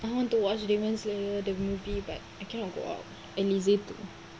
I want to watch demons slayer the movie but I cannot go out lazy tu